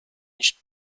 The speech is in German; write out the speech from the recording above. nicht